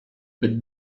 but